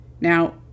Now